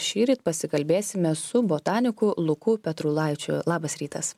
šįryt pasikalbėsime su botaniku luku petrulaičiu labas rytas